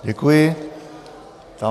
Děkuji vám.